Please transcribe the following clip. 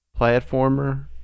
Platformer